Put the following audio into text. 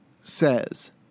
says